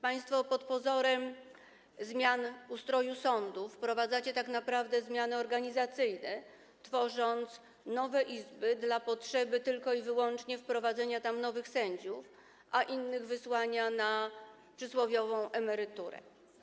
Państwo pod pozorem zmiany ustroju sądu wprowadzacie tak naprawdę zmiany organizacyjne, tworząc nowe izby tylko i wyłącznie po to, by wprowadzić tam nowych sędziów, a innych wysłać na przysłowiową emeryturę.